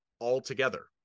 altogether